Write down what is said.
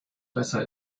besser